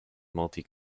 multi